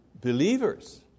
believers